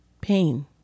pain